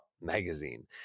Magazine